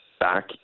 back